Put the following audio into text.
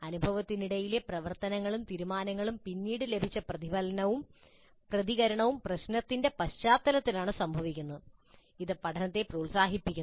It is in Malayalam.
അനുഭവത്തിനിടയിലെ പ്രവർത്തനങ്ങളും തീരുമാനങ്ങളും പിന്നീട് ലഭിച്ച പ്രതിഫലനവും പ്രതികരണവും പ്രശ്നത്തിന്റെ പശ്ചാത്തലത്തിലാണ് സംഭവിക്കുന്നത് ഇത് പഠനത്തെ പ്രോത്സാഹിപ്പിക്കുന്നു